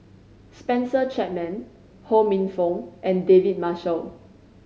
Spencer Chapman Ho Minfong and David Marshall